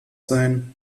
sein